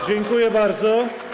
Dziękuję bardzo.